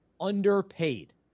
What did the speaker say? underpaid